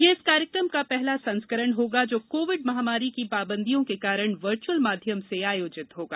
यह इस कार्यक्रम का पहला संस्करण होगा जो कोविड महामारी की पाबंदियों के कारण वर्चुअल माध्यम से आयोजित होगा